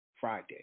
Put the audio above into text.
Friday